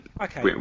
Okay